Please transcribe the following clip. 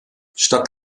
statt